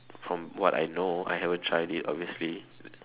from what I know I haven't tried it obviously